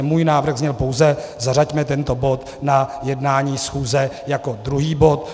Můj návrh zněl pouze: zařaďme tento bod na jednání schůze jako druhý bod.